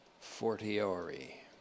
fortiori